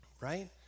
right